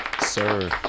Sir